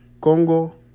Congo